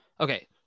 okay